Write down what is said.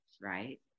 right